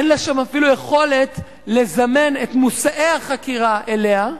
אין לה אפילו יכולת לזמן את מושאי החקירה אליה,